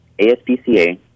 ASPCA